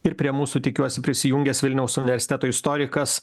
ir prie mūsų tikiuosi prisijungęs vilniaus universiteto istorikas